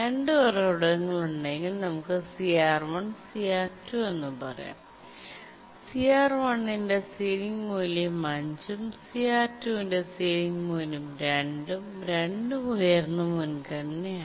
രണ്ട് ഉറവിടങ്ങളുണ്ടെങ്കിൽ നമുക്ക് CR1 CR2 എന്ന് പറയാം CR1 ന്റെ സീലിംഗ് മൂല്യം 5 ഉം CR2 ന്റെ സീലിംഗ് മൂല്യം 2 ഉം 2 ഉം ഉയർന്ന മുൻഗണനയാണ്